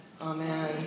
amen